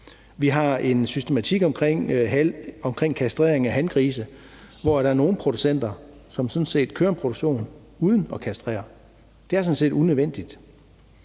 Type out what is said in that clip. Vi har en systematik omkring kastrering af hangrise, mens nogle producenter sådan set kører en produktion uden at kastrere. Det er sådan set unødvendigt.